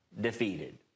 defeated